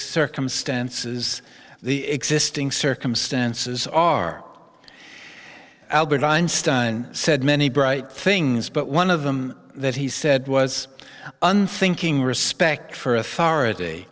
circumstance is the existing circumstances are albert einstein said many bright things but one of them that he said was unthinking respect for authority